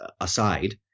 aside